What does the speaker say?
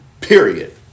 Period